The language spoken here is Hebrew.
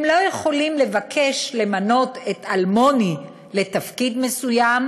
הם לא יכולים לבקש למנות את אלמוני לתפקיד מסוים